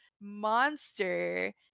monster